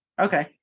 Okay